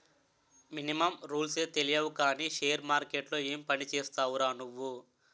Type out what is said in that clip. Minimum రూల్సే తెలియవు కానీ షేర్ మార్కెట్లో ఏం పనిచేస్తావురా నువ్వు?